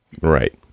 Right